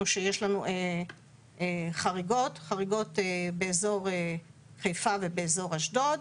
שיש לנו חריגות באזור חיפה ואזור אשדוד.